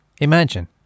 Imagine